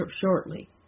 shortly